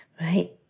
Right